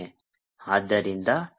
ಆದ್ದರಿಂದ 10 I 1 plus 3 I 2